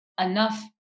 enough